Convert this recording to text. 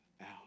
out